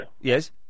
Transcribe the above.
Yes